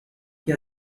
chi